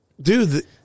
Dude